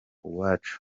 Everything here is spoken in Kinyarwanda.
uwacu